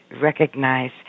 recognize